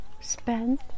spend